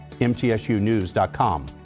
mtsunews.com